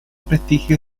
prestigio